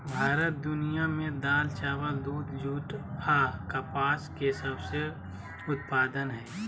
भारत दुनिया में दाल, चावल, दूध, जूट आ कपास के सबसे उत्पादन हइ